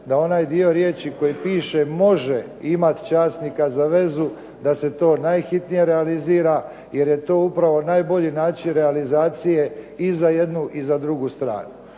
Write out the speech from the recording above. da onaj dio riječi koji piše "može imati časnika za vezu" da se to najhitnije realizira jer je to upravo najbolji način realizacije i za jednu i za drugu stranu.